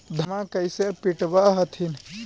धन्मा कैसे पटब हखिन?